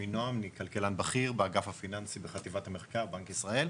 אני כלכלן בכיר באגף הפיננסים בחטיבת המחקר בבנק ישראל.